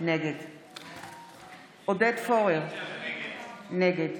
נגד עודד פורר, נגד